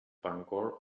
bangor